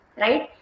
Right